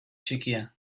txikia